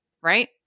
Right